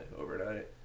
overnight